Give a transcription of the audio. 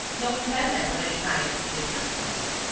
no impediment of any kind in existence.